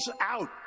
out